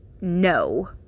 No